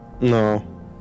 No